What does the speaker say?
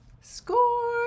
Score